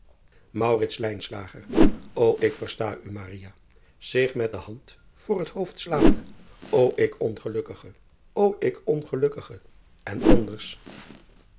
o k versta u zich met de hand voor het hoofd slaande o ik ongelukkige o ik ongelukkige en anders